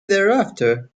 thereafter